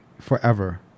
forever